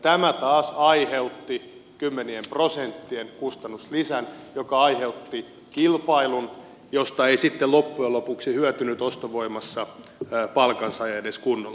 tämä taas aiheutti kymmenien prosenttien kustannuslisän joka aiheutti kilpailun josta ei sitten loppujen lopuksi hyötynyt ostovoimassa palkansaaja edes kunnolla